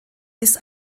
bis